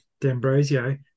D'Ambrosio